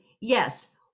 yes